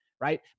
right